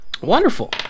wonderful